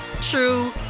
true